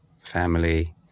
family